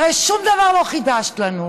הרי שום דבר לא חידשת לנו.